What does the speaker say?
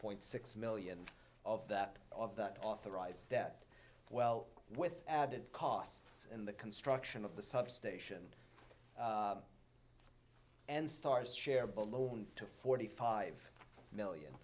point six million of that that authorized debt well with added costs in the construction of the substation and stars share balloon to forty five million